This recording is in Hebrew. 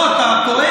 לא, אתה טועה.